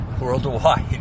worldwide